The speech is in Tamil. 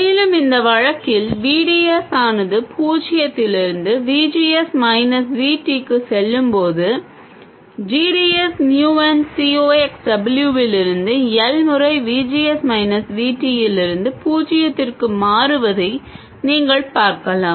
மேலும் இந்த வழக்கில் V D S ஆனது பூஜ்ஜியத்திலிருந்து V G S minus V Tக்கு செல்லும்போது g d s mu n C ox W இலிருந்து L முறை V G S minus V T லிருந்து பூஜ்ஜியத்திற்கு மாறுவதையும் நீங்கள் பார்க்கலாம்